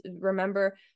remember